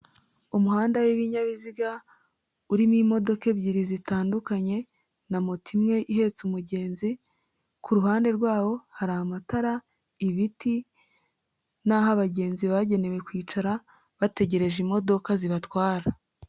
Umuhanda w'ibinyabiziga urimo imodoka ebyiri zitandukanye na moto imwe ihetse umugenzi, ku ruhande rwawo hari amatara, ibiti n'aho abagenzi bagenewe kwicara bategereje imodoka zibatwara.